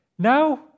Now